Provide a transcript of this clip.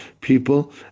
people